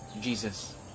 Jesus